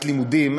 לימודים.